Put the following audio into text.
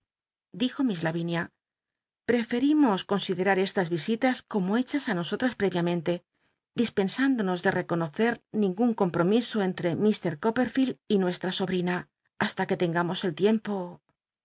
io miss lavinia pecfetimos considet'ui estas visitas como hechas í nosotras ll'éviamcntc dispens indonos de rcconocet ningun comptomiso enllc lh copperlield y nueillra sobrina basta que tengamos el tiempo